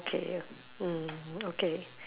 K mm okay